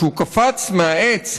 שהוא קפץ מהעץ,